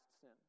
sin